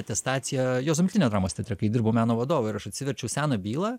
atestaciją juozo miltinio dramos teatre kai dirbau meno vadovu ir aš atsiverčiau seną bylą